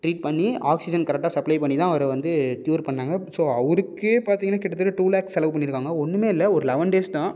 treat பண்ணி oxygen கரெக்டாக supply பண்ணிதான் அவரை வந்து கியூர் பண்ணாங்க ஸோ அவருக்கே பார்த்தீங்கன்னா கிட்டத்தட்ட டூ லேக்ஸ் செலவு பண்ணியிருக்காங்க ஒன்றுமே இல்லை ஒரு லெவன் டேஸ் தான்